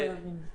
מחויבים.